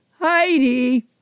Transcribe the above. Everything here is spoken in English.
Heidi